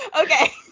Okay